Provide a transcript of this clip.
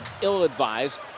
ill-advised